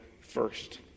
first